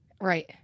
right